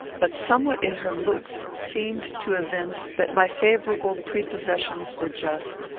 but somewhat in her looks seemed to evince that my favourable prepossessions were just.